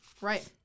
Right